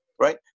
right